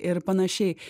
ir panašiai